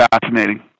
fascinating